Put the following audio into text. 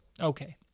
Okay